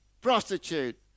prostitute